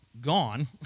gone